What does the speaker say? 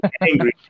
angry